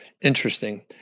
Interesting